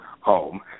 home